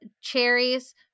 cherries